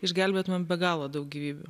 išgelbėtumėm be galo daug gyvybių